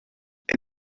est